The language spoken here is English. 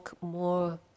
more